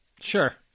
Sure